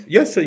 Yes